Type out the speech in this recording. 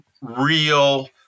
real